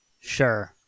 Sure